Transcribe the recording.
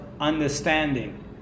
understanding